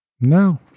no